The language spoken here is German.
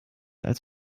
als